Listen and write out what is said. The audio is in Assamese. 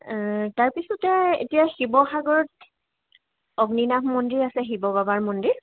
এ তাৰপিছতে এতিয়া শিৱসাগৰত অগ্নিনাভ মন্দিৰ আছে শিৱ বাবাৰ মন্দিৰ